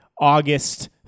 August